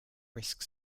risk